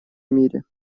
мире